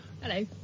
Hello